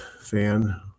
fan